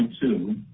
two